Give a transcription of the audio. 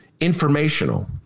informational